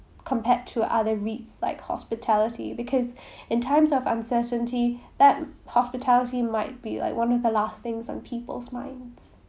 compared to other reits like hospitality because in times of uncertainty that hospitality might be like one of the last things on people's minds